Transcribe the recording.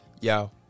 yo